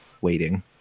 waiting